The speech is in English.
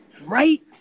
Right